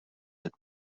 had